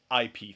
IP